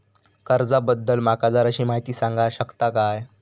कर्जा बद्दल माका जराशी माहिती सांगा शकता काय?